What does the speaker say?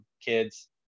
kids